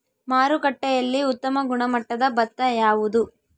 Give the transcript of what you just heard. ಮಾರುಕಟ್ಟೆಯಲ್ಲಿ ಉತ್ತಮ ಗುಣಮಟ್ಟದ ಭತ್ತ ಯಾವುದು?